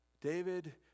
David